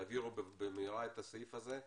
תעבירו במהרה את הסעיף הזה.